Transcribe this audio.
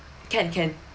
can can